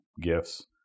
gifts